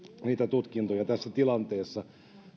niitä tutkintoja tässä tilanteessa